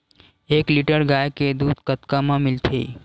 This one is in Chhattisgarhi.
एक लीटर गाय के दुध कतका म मिलथे?